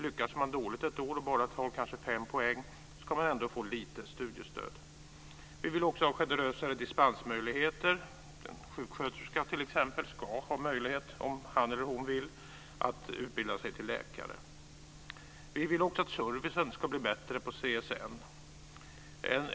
Lyckas man dåligt ett år och kanske bara tar 5 poäng ska man ändå få lite studiestöd. Vi vill också ha generösare dispensmöjligheter. En sjuksköterska ska t.ex. ha möjlighet att, om han eller hon vill, utbilda sig till läkare. Vi vill också att servicen ska bli bättre på CSN.